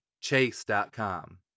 Chase.com